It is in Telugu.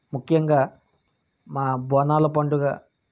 ముఖ్యంగా మా బోనాల పండుగ